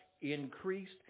increased